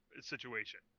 situation